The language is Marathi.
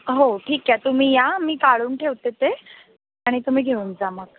हो ठीक आहे तुम्ही या मी काढून ठेवते ते आणि तुम्ही घेऊन जा मग